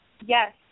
yes